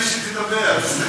אין על מי שתדבר, תסתכל.